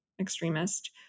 extremist